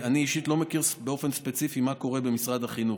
אני אישית לא מכיר באופן ספציפי מה קורה במשרד החינוך,